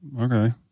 okay